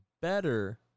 better